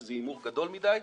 שזה הימור גדול מדי.